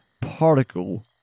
particle